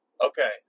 Okay